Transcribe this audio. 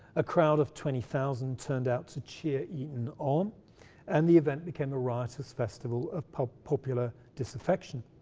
a crowd of twenty thousand turned out to cheer eaton on and the event became a riotous festival of popular disaffection.